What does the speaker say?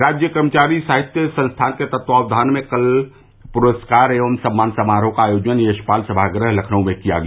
राज्य कर्मचारी साहित्य संस्थान के तत्वावधान में कल पुरस्कार एवं सम्मान समारोह का आयोजन यशपाल सभागार लखनऊ में किया गया